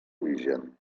origen